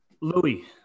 Louis